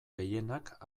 gehienak